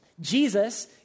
jesus